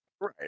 Right